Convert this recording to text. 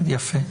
יפה.